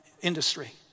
industry